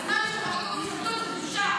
בזמן שמחוקקים חוק השתמטות,